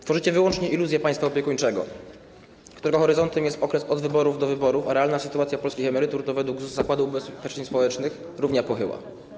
Tworzycie wyłącznie iluzję państwa opiekuńczego, którego horyzontem jest okres od wyborów do wyborów, a realna sytuacja polskich emerytur to według Zakładu Ubezpieczeń Społecznych równia pochyła.